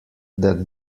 that